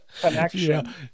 connection